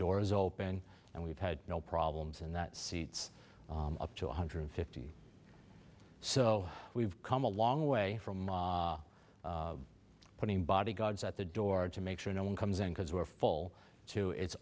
doors open and we've had no problems in that seats up to one hundred fifty so we've come a long way from putting bodyguards at the door to make sure no one comes in because we're full too it's